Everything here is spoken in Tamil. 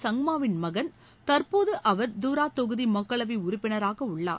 சங்மாவின் மகன் தற்போது அவர் துரா தொகுதி மக்களவை உறுப்பினராக உள்ளார்